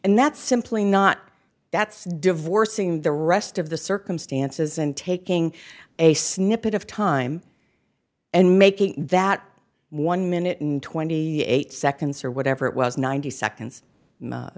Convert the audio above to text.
and that's simply not that's divorcing the rest of the circumstances and taking a snippet of time and making that one minute and twenty eight seconds or whatever it was ninety seconds